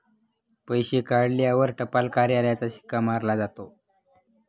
पैसे काढल्यावर टपाल कार्यालयाचा शिक्का मारला जातो